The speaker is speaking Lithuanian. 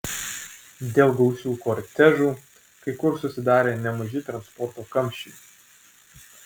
dėl gausių kortežų kai kur susidarė nemaži transporto kamščiai